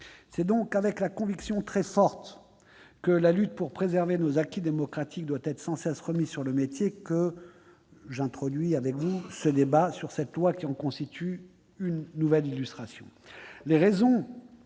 C'est donc avec la conviction très forte que la lutte pour préserver nos acquis démocratiques doit être sans cesse remise sur le métier que j'introduis avec vous le débat sur cette proposition de loi qui en constitue une nouvelle illustration.